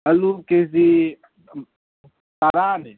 ꯑꯂꯨ K G ꯇꯔꯥꯅꯦ